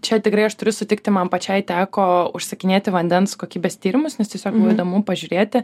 čia tikrai aš turiu sutikti man pačiai teko užsakinėti vandens kokybės tyrimus nes tiesiog buvo įdomu pažiūrėti